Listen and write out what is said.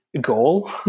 goal